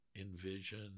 envision